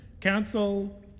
Council